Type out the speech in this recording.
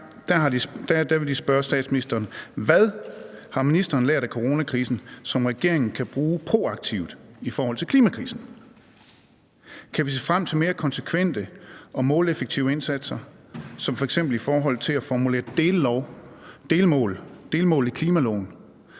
gang vil de spørge statsministeren: Hvad har ministeren lært af coronakrisen, som regeringen kan bruge proaktivt i forhold til klimakrisen? Kan vi se frem til mere konsekvente og måleffektive indsatser, f.eks. i forhold til at formulere dellove og delmål i klimaloven,